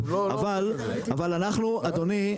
אבל אנחנו אדוני,